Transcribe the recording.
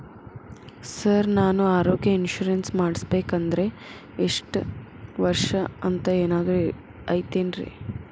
Sir ನಾನು ಆರೋಗ್ಯ insurance ಮಾಡಿಸ್ಬೇಕಂದ್ರೆ ಇಷ್ಟ ವರ್ಷ ಅಂಥ ಏನಾದ್ರು ಐತೇನ್ರೇ?